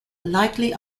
likely